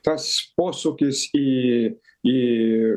tas posūkis į į